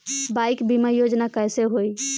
Bike बीमा योजना कैसे होई?